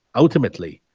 ultimately,